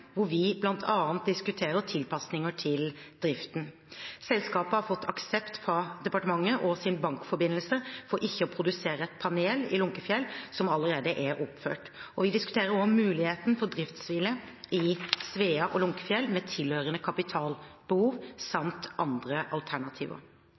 hvor vi bl.a. diskuterer tilpasninger i driften. Selskapet har fått aksept fra departementet og sin bankforbindelse for ikke å produsere et panel i Lunckefjell som allerede er oppfart. Vi diskuterer også muligheten for driftshvile i Svea og Lunckefjell med tilhørende kapitalbehov samt andre alternativer.